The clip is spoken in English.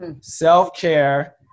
Self-care